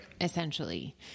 essentially